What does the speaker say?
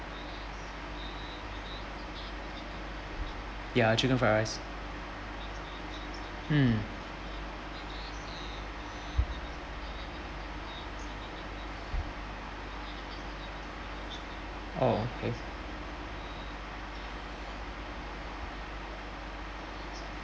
ya chicken fried rice mm oh okay